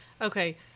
Okay